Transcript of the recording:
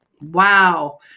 wow